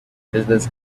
business